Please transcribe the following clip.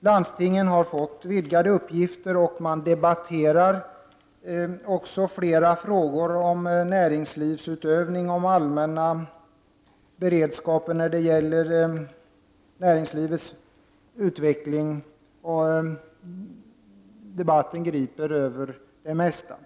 Landstingen har fått vidgade uppgifter och de debatterar flera frågor om näringslivsutövning och om den allmänna beredskapen när det gäller näringslivets utveckling. Och debatten sträcker sig över det mesta.